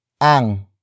ang